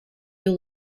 you